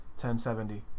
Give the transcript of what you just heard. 1070